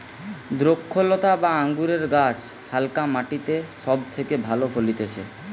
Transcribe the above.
দ্রক্ষলতা বা আঙুরের গাছ হালকা মাটিতে সব থেকে ভালো ফলতিছে